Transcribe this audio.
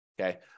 okay